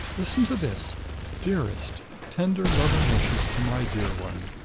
listen to this dearest tender loving wishes to my dear one.